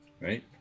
right